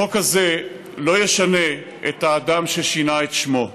החוק הזה לא ישנה את האדם ששינה את שמו,